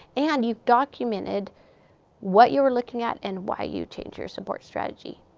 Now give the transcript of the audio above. and you've documented what you were looking at and why you changed your support strategy.